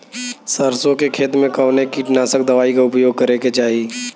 सरसों के खेत में कवने कीटनाशक दवाई क उपयोग करे के चाही?